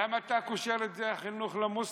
למה אתה קושר את זה לחינוך למוסלמים?